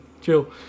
Chill